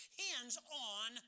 hands-on